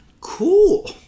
Cool